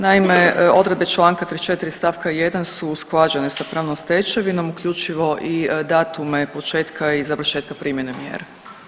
Naime, odredbe čl. 34. st. 1. su usklađene sa pravnom stečevinom uključivo i datume početka i završetka primjene mjera.